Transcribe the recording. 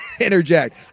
interject